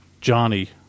Johnny